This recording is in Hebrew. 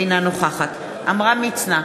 אינה נוכחת עמרם מצנע,